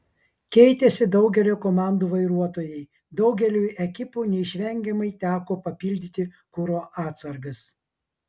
keitėsi daugelio komandų vairuotojai daugeliui ekipų neišvengiamai teko papildyti kuro atsargas